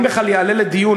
אם בכלל יעלה לדיון,